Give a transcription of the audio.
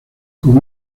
con